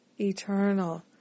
eternal